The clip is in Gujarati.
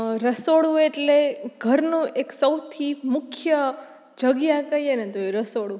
રસોડું એટલે ઘરનું એક સૌથી મુખ્ય જગ્યા કહીએને તો ઈ રસોડું